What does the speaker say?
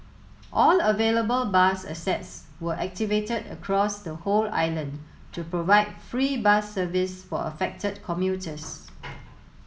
all available bus assets were activated across the whole island to provide free bus service for affected commuters